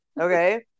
okay